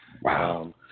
Wow